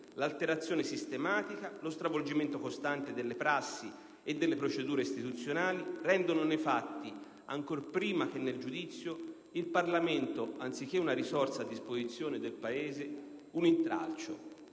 L'alterazione sistematica e lo stravolgimento costante delle prassi e delle procedure istituzionali rendono il Parlamento nei fatti - ancor prima che nel giudizio - anziché una risorsa a disposizione del Paese, un intralcio